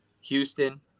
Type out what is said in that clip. Houston